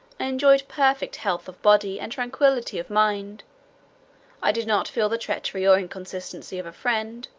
enjoyed perfect health of body, and tranquillity of mind i did not feel the treachery or inconstancy of a friend,